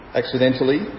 accidentally